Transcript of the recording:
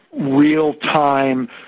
real-time